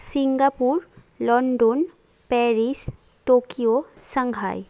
Singapore London Paris Tokyo Shanghai